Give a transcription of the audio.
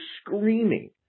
screaming